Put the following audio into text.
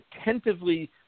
attentively